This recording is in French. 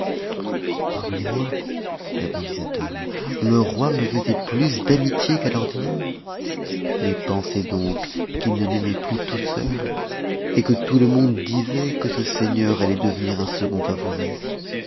pardonnez-moi répondit cet homme le roi me faisait plus d'amitié qu'à l'ordinaire mais pensez donc qu'il ne m'aimait plus tout seul et que tout le monde disait que ce seigneur allait devenir un second favori